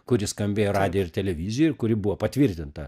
kuri skambėjo radijoj ir televizijoj ir kuri buvo patvirtinta